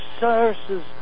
sources